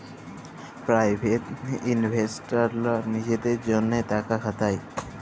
private ইলভেস্টাররা লিজেদের জ্যনহে টাকা খাটায়